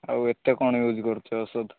ଆଉ ଏତେ କ'ଣ ଇଉଜ୍ କରୁଛ ଓଷଦ୍